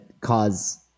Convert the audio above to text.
cause